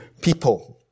people